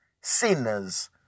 sinners